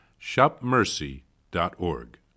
shopmercy.org